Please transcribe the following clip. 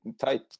tight